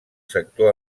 sector